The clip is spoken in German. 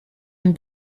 ein